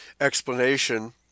explanation